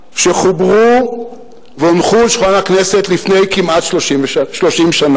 שחוברו והונחו על שולחן הכנסת לפני כמעט 30 שנה,